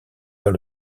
vers